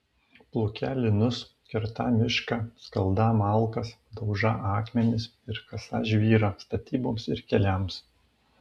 plūkią linus kertą mišką skaldą malkas daužą akmenis ir kasą žvyrą statyboms ir keliams